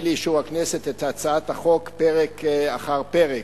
לאישור הכנסת את הצעת החוק פרק אחר פרק.